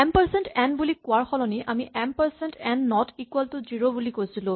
M percent N বুলি কোৱাৰ সলনি আমি M percent N not equal to zero বুলি কৈছিলো